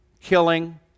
killing